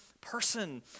person